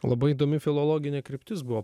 labai įdomi filologė ta kryptis buvo